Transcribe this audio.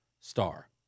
star